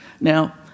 Now